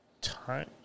time